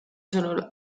sõnul